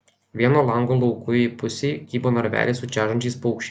vieno lango laukujėj pusėj kybo narveliai su čežančiais paukščiais